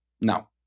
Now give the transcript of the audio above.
Now